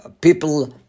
people